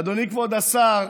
אדוני כבוד השר,